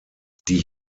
die